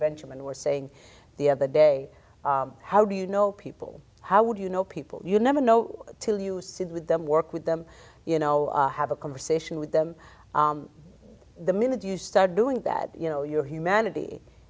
benjamin were saying the other day how do you know people how would you know people you never know till you sit with them work with them you know have a conversation with them the minute you start doing that you know your humanity